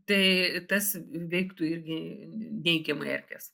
tai tas veiktų irgi neigiamai erkes